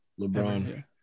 LeBron